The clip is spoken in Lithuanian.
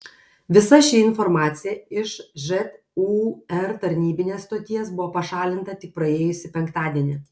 visa ši informacija iš žūr tarnybinės stoties buvo pašalinta tik praėjusį penktadienį